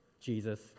Jesus